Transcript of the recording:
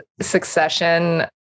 Succession